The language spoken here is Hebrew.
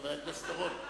חבר הכנסת אורון.